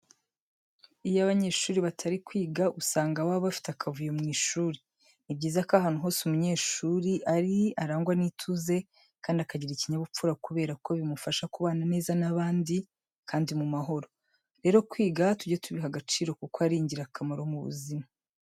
Iyo abanyeshuri batari kwiga usanga baba bafite akavuyo mu ishuri. Ni byiza ko ahantu hose umunyeshuri ari arangwa n'ituze kandi akagira ikinyabupfura kubera ko bimufasha kubana neza n'abandi, kandi mu mahoro. Rero kwiga tujye tubiha agaciro kuko ari ingirakamaro mu buzima.